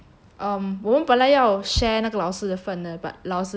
um 我们本来要 share 那个老师的份的 but 老师讲